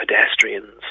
pedestrians